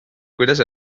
kuidas